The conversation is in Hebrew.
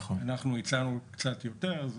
אנחנו הצענו קצת יותר.